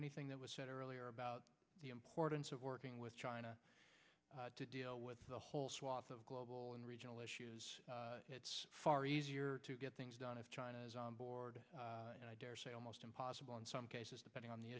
anything that was said earlier about the importance of working with china to deal with the whole swath of global and regional issues it's far easier to get things done if china is on board and i dare say almost impossible in some cases depending on the